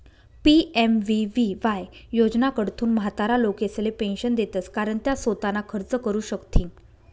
PMVVY योजनाकडथून म्हातारा लोकेसले पेंशन देतंस कारण त्या सोताना खर्च करू शकथीन